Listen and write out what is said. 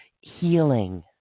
healing